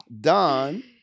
Don